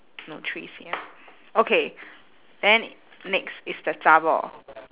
not three C_M okay then next is the zha bor